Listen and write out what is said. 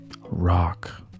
rock